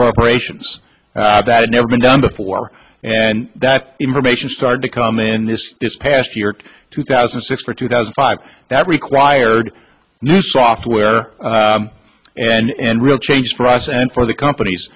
corporations that had never been done before and that information started to come in this this past year two thousand and six for two thousand five that required new software and real change for us and for the companies